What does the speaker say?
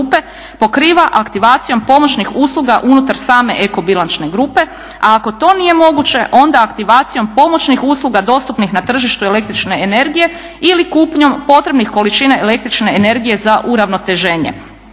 pokriva aktivacijom pomoćnih usluga unutar same eko bilančne grupe. A ako to nije moguće onda aktivacijom pomoćnih usluga dostupnih na tržištu električne energije ili kupnjom potrebnih količina električne energije za uravnoteženje.